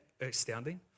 astounding